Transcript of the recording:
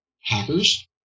hackers